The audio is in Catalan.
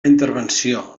intervenció